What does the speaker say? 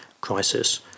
crisis